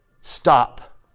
Stop